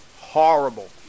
Horrible